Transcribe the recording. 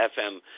FM